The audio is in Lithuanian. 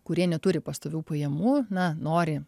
kurie neturi pastovių pajamų na nori